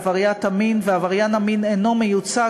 לעבריין המין ועבריין המין אינו מיוצג,